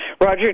roger